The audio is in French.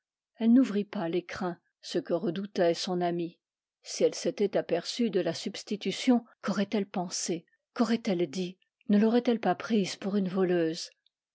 elle n'ouvrit pas l'écrin ce que redoutait son amie si elle s'était aperçue de la substitution quaurait elle pensé quaurait elle dit ne laurait elle pas prise pour une voleuse